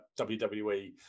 WWE